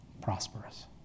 prosperous